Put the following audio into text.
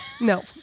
No